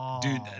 dude